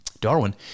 Darwin